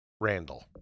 Randall